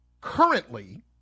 currently